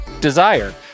Desire